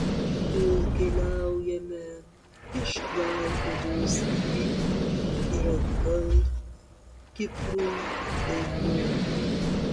kol keliaujame iš klaipėdos į vilnių ir atgal kiprui dainuoju